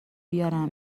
بیارم